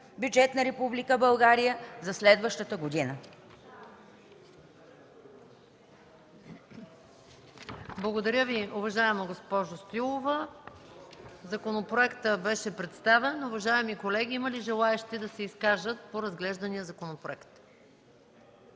бюджет на Република България за следващата година.